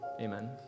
Amen